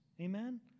Amen